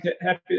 happy